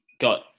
got